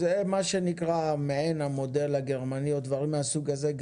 זה מה שנקרא מעין המודל הגרמני או דברים מן הסוג הזה.